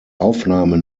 aufnahme